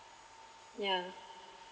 yeah